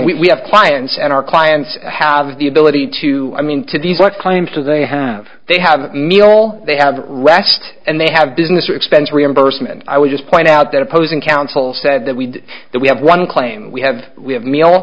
we have clients and our clients have the ability to i mean to these claims to they have they have meal they have rest and they have business or expense reimbursement i would just point out that opposing counsel said that we that we have one claim we have we have me al